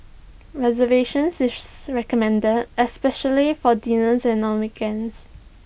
reservations is recommended especially for dinners and on weekends